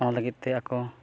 ᱚᱱᱟ ᱞᱟᱹᱜᱤᱫᱛᱮ ᱟᱠᱚ